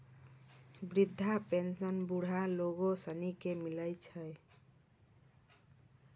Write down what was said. वृद्धा पेंशन बुढ़ा लोग सनी के मिलै छै